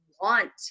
want